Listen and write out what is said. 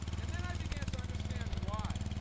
and then i began to understand why.